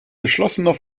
geschlossener